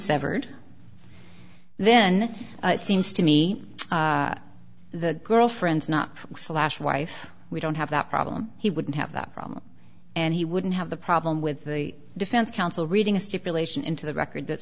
severed then it seems to me the girlfriend's not slash wife we don't have that problem he wouldn't have that problem and he wouldn't have the problem with the defense counsel reading a stipulation into the record that